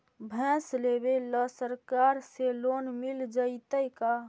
भैंस लेबे ल सरकार से लोन मिल जइतै का?